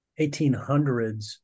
1800s